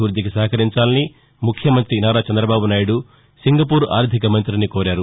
వృద్దికి సహకరించాలని ముఖ్యమంతి నారా చంద్రబాబు నాయుడు సింగపూర్ ఆర్దికమంఁతిని కోరారు